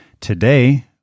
today